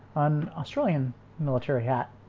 an australian military hat,